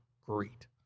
Great